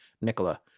Nicola